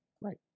Right